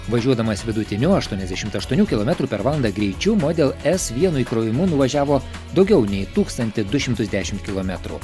važiuodamas vidutiniu aštuoniasdešimt aštuonių kilometrų per valandą greičiu model es vienu įkrovimu nuvažiavo daugiau nei tūkstantį du šimtus dešimt kilometrų